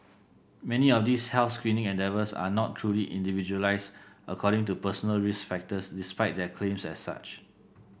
many of these health screening endeavours are not truly individualised according to personal risk factors despite their claims as such